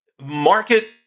market